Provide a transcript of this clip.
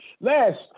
Last